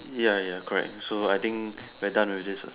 ya ya correct so I think we're done with this ah